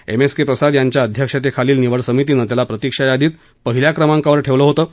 M S K Prasad यांच्या अध्यक्षतेखालील निवड समितीनं त्याला प्रतीक्षा यादीत पहिल्या क्रमांकावर ठेवलं होतं